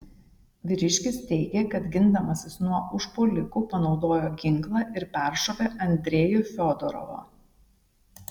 vyriškis teigė kad gindamasis nuo užpuolikų panaudojo ginklą ir peršovė andrejų fiodorovą